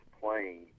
playing